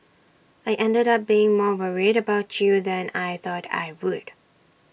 I ended up being more worried about you than I thought I would